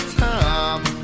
time